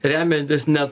remiantis ne